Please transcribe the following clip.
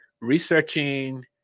researching